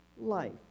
life